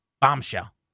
Bombshell